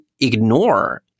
ignore